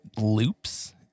loops